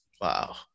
wow